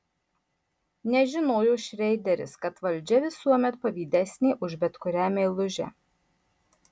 nežinojo šreideris kad valdžia visuomet pavydesnė už bet kurią meilužę